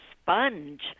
sponge